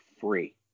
free